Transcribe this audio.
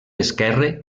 esquerre